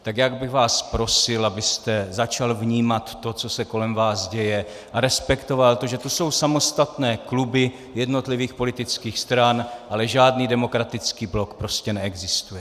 Tak já bych vás prosil, abyste začal vnímat to, co se kolem vás děje, a respektoval to, že jsou tu samostatné kluby jednotlivých politických stran, ale žádný Demokratický blok prostě neexistuje.